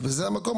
וזה המקום.